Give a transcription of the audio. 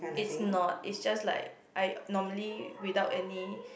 it's not is just like I normally without any